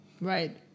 Right